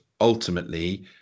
ultimately